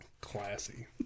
Classy